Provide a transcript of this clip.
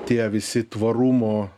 tie visi tvarumo